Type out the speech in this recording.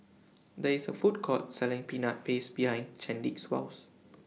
There IS A Food Court Selling Peanut Paste behind Chadwick's House